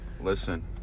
Listen